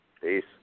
peace